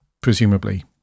presumably